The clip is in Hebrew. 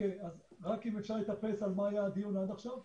רק אם אפשר להתעדכן על מה היה הדיון עד עכשיו?